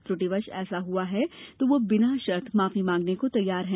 त्रुटिवश ऐसा हुआ है तो वह बिना शर्त माफी मांगने को तैयार हैं